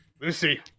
Lucy